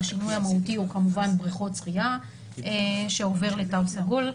השינוי המהותי הוא כמובן בריכות השחייה שעובר לתו סגול.